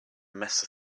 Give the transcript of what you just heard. mess